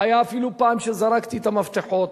היתה אפילו פעם שזרקתי את המפתחות,